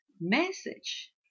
message